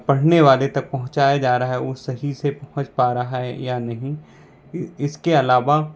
पढ़ने वाले तक पहुँचाया जा रहा है वो सही से पहुँच पा रहा है या नहीं इसके अलावा